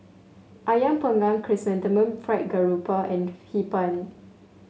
ayam panggang Chrysanthemum Fried Garoupa and Hee Pan